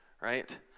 right